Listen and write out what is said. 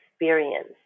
experience